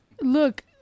look